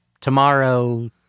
tomorrow